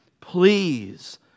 please